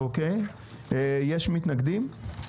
יש מתנגדים?